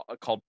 called